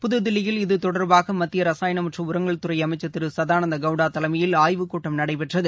புதுதில்லியில் இது தொடர்பாக மத்திய ரசாயானம் மற்றும் உரங்கள் துறை அமைச்சர் திரு சதானந்தா கவுடா தலைமையில் ஆய்வுக்கூட்டம் நடைபெற்றது